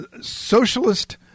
socialist